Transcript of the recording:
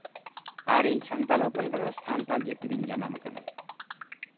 ᱟᱨ ᱤᱧ ᱥᱟᱱᱛᱟᱞ ᱦᱚᱯᱚᱱ ᱠᱟᱱᱟ ᱥᱟᱱᱛᱟᱞ ᱡᱟᱹᱛᱤ ᱨᱤᱧ ᱡᱟᱱᱟᱢ ᱟᱠᱟᱱᱟ